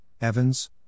Evans